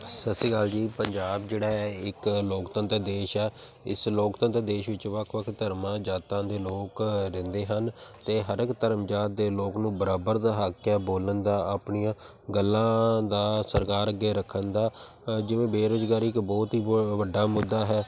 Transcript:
ਸਤਿ ਸ਼੍ਰੀ ਅਕਾਲ ਜੀ ਪੰਜਾਬ ਜਿਹੜਾ ਹੈ ਇੱਕ ਲੋਕਤੰਤਰ ਦੇਸ਼ ਹੈ ਇਸ ਲੋਕਤੰਤਰ ਦੇਸ਼ ਵਿੱਚ ਵੱਖ ਵੱਖ ਧਰਮਾਂ ਜਾਤਾਂ ਦੇ ਲੋਕ ਰਹਿੰਦੇ ਹਨ ਅਤੇ ਹਰ ਇੱਕ ਧਰਮ ਜਾਤ ਦੇ ਲੋਕ ਨੂੰ ਬਰਾਬਰ ਦਾ ਹੱਕ ਹੈ ਬੋਲਣ ਦਾ ਆਪਣੀਆਂ ਗੱਲਾਂ ਦਾ ਸਰਕਾਰ ਅੱਗੇ ਰੱਖਣ ਦਾ ਜਿਵੇਂ ਬੇਰੁਜ਼ਗਾਰੀ ਇੱਕ ਬਹੁਤ ਹੀ ਵ ਵੱਡਾ ਮੁੱਦਾ ਹੈ